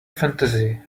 fantasy